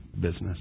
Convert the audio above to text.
business